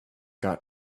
got